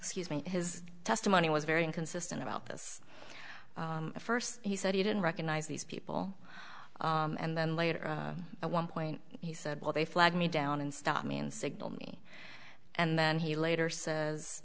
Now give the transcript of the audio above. excuse me his testimony was very inconsistent about this first he said he didn't recognize these people and then later one point he said well they flagged me down and stop me and signal me and then he later says